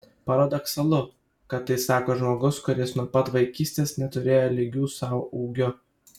paradoksalu kad tai sako žmogus kuris nuo pat vaikystės neturėjo lygių sau ūgiu